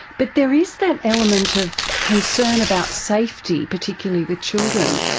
but there is that element of concern about safety, particularly with children,